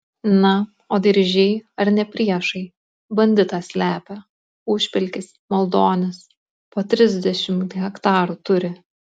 na o diržiai ar ne priešai banditą slepia užpelkis maldonis po trisdešimt hektarų turi